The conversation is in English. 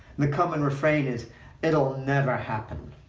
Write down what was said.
the common refrain is it will never happen.